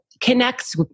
connects